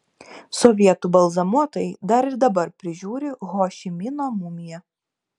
sovietų balzamuotojai dar ir dabar prižiūri ho ši mino mumiją